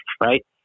Right